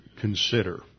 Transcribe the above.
consider